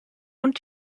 und